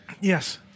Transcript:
Yes